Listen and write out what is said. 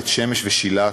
בית-שמש ושילת.